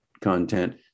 content